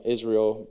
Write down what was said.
Israel